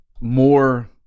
more